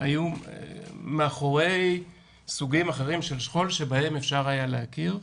היו מאחורי סוגים אחרים של שכול שבהם אפשר היה להכיר,